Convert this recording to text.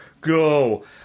Go